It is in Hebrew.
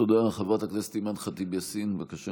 כמו שאמרת,